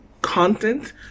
content